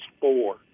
four